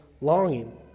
longing